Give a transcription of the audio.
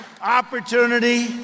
opportunity